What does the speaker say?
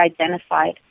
identified